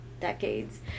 decades